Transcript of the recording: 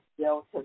Delta